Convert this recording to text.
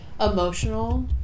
emotional